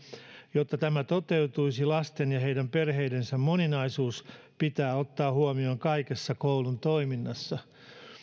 jotta tämä toteutuisi lasten ja heidän perheidensä moninaisuus pitää ottaa huomioon kaikessa koulun toiminnassa